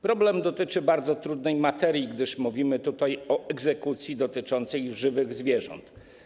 Problem dotyczy bardzo trudnej materii, gdyż mówimy tutaj o egzekucji dotyczącej żywych zwierząt.